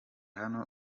hano